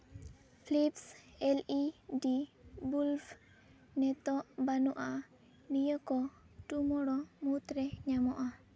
Philips L E D bulb ᱱᱤᱛᱚᱜ ᱵᱟᱹᱱᱩᱜᱼᱟ ᱱᱤᱭᱟᱹ ᱠᱚ ᱴᱩᱢᱚᱨᱳ ᱢᱩᱫᱽᱨᱮ ᱧᱟᱢᱚᱜᱼᱟ